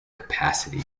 capacity